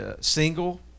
single